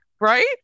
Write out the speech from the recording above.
Right